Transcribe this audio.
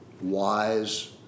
wise